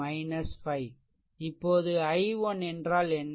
இப்போது i1 என்றால் என்ன